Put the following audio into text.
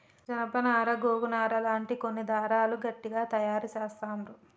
జానప నారా గోగు నారా లాంటి కొన్ని దారాలు గట్టిగ తాయారు చెస్తాండ్లు